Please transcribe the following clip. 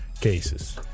cases